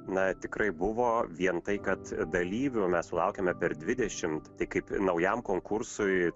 na tikrai buvo vien tai kad dalyvių mes sulaukėme per dvidešimt tai kaip naujam konkursui